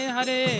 Hare